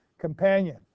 companion